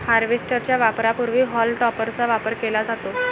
harvester च्या वापरापूर्वी haulm टॉपरचा वापर केला जातो